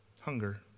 Hunger